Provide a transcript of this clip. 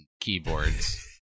...keyboards